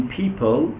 people